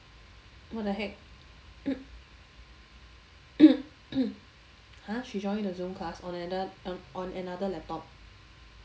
what the heck !huh! she join the zoom class on ano~ on another laptop